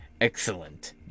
excellent